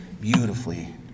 beautifully